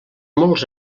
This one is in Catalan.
molts